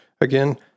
Again